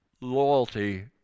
Loyalty